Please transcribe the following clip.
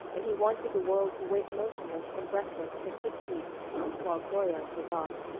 and he wanted the world to wait motionless and breathless for six weeks while gloria forgot.